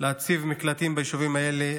להציב מקלטים ביישובים האלה,